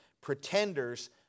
pretenders